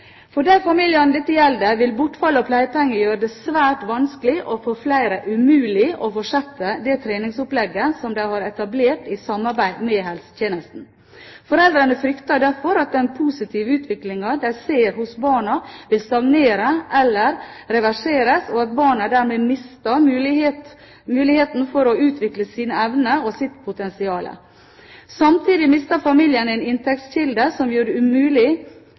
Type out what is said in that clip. For de familiene dette gjelder, vil bortfall av pleiepenger gjøre det svært vanskelig, og for flere umulig, å fortsette det treningsopplegget de har etablert i samarbeid med helsetjenesten. Foreldrene frykter derfor at den positive utviklingen de ser hos barna, vil stagnere eller reverseres, og at barna dermed mister muligheten for å utvikle sine evner og sitt potensial. Samtidig mister familiene en inntektskilde som gjør det